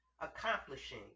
accomplishing